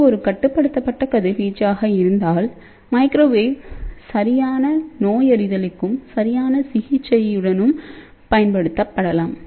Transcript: இது ஒரு கட்டுப்படுத்தப்பட்ட கதிர்வீச்சாக இருந்தால் மைக்ரோவேவ் சரியான நோயறிதலுக்கும் சரியான சிகிச்சையுடனும் பயன்படுத்தப்படலாம்